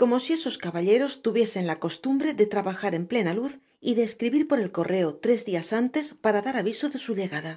como si esos caballeros tuviesen la costumbre de trabajar en plena luz y de escribir por el correo tjres djas antes para dar aviso de su llegada